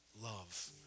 love